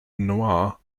noir